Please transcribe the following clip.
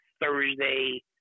Thursday